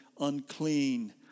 unclean